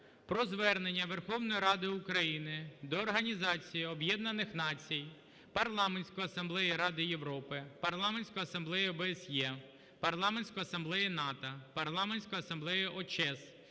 про Звернення Верховної Ради України до Організації Об'єднаних Націй, Парламентської Асамблеї Ради Європи, Парламентської Асамблеї ОБСЄ, Парламентської Асамблеї НАТО, Парламентської Асамблеї ОЧЕС,